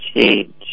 change